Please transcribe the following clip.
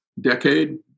decade